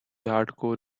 hardcore